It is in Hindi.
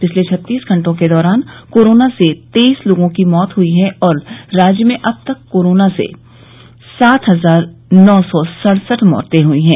पिछले छत्तीस घंटों के दौरान कोरोना से तेईस लोगों की मौत हुई और राज्य में अब तक कोरोना से सात हजार नौ सौ सड़सठ मौतें हुई है